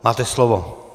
Máte slovo.